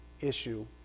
issue